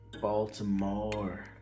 Baltimore